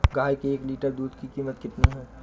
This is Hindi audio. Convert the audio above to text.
गाय के एक लीटर दूध की कीमत कितनी है?